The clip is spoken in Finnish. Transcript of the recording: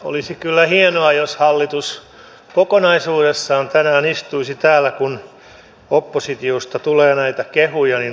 olisi kyllä hienoa jos hallitus kokonaisuudessaan tänään istuisi täällä kun oppositiosta tulee näitä kehuja niin runsaasti